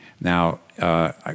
Now